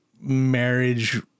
marriage